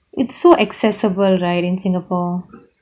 it's so accessible right in singapore